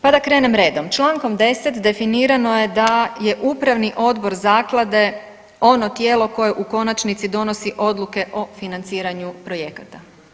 Pa da krenem redom, Člankom 10. definirano je da je upravni odbor zaklade ono tijelo koje u konačnici donosi odluke o financiranju projekata.